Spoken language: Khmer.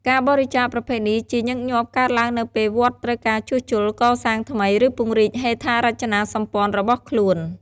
ការបរិច្ចាគប្រភេទនេះជាញឹកញាប់កើតឡើងនៅពេលវត្តត្រូវការជួសជុល កសាងថ្មី ឬពង្រីកហេដ្ឋារចនាសម្ព័ន្ធរបស់ខ្លួន។